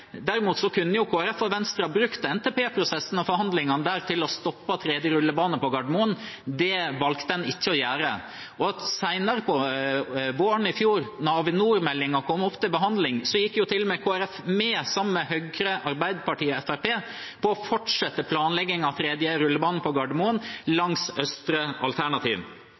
Derimot kunne jo Kristelig Folkeparti og Venstre ha brukt NTP-prosessen og forhandlingene der til å stoppe en tredje rullebane på Gardermoen. Det valgte en ikke å gjøre. Senere på våren i fjor, da Avinor-meldingen kom opp til behandling, gikk Kristelig Folkeparti til og med med på – sammen med Høyre, Arbeiderpartiet og Fremskrittspartiet – å fortsette planleggingen av en tredje rullebane på Gardermoen langs østre alternativ.